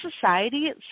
society